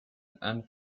and